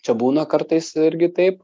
čia būna kartais irgi taip